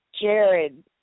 Jared